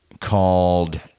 called